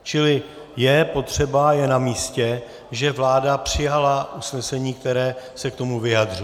Čili je potřeba, je namístě, že vláda přijala usnesení, které se k tomu vyjadřuje.